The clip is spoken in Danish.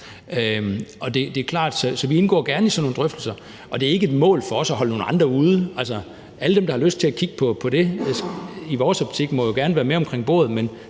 Så vi indgår gerne i sådan nogle drøftelser, og det er ikke et mål for os at holde nogle andre ude. Alle dem, der har lyst til at kigge på det, må i vores optik gerne være med omkring bordet,